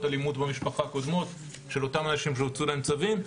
קודמות של אלימות במשפחה של אותם אנשים שהוצאו להם צווים,